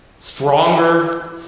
stronger